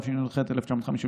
התשי"ח 1958,